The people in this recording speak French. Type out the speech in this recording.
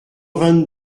vingt